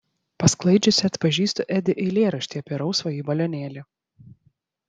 pasklaidžiusi atpažįstu edi eilėraštį apie rausvąjį balionėlį